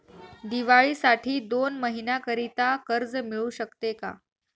दिवाळीसाठी दोन महिन्याकरिता कर्ज मिळू शकते का?